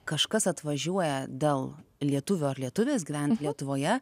kažkas atvažiuoja dėl lietuvio ar lietuvės gyvent lietuvoje